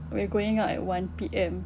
we're going out at one P_M